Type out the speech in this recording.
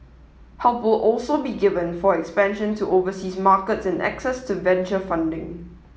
help all also be given for expansion to overseas markets and access to venture funding